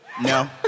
No